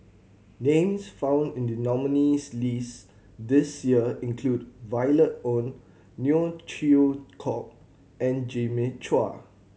names found in the nominees' list this year include Violet Oon Neo Chwee Kok and Jimmy Chua